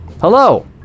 Hello